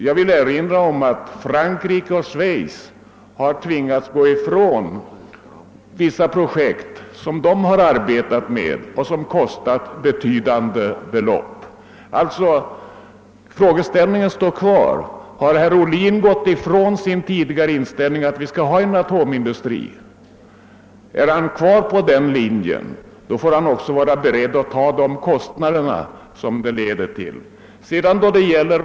Jag vill erinra om att Frankrike och Schweiz tvingats gå ifrån vissa projekt som dessa länder arbetat med och som kostat betydande belopp. Frågeställningen står alltså kvar: Har herr Ohlin övergivit sin tidigare inställning att vi skall ha en atomindustri? Är herr Ohlin kvar på den linjen, får herr Ohlin också vara beredd att ta de kostnader som det leder till.